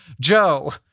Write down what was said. Joe